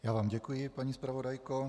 Já vám děkuji, paní zpravodajko.